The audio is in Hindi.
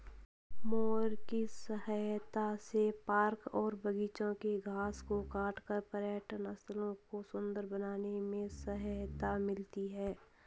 मोअर की सहायता से पार्क और बागिचों के घास को काटकर पर्यटन स्थलों को सुन्दर बनाने में सहायता मिलती है